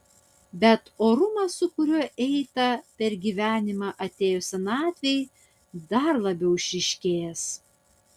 bet orumas su kuriuo eita per gyvenimą atėjus senatvei dar labiau išryškėjęs